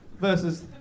versus